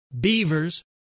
beavers